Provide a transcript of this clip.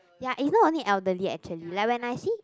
ya is not only elderly actually like when I see